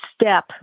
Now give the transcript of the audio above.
step